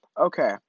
Okay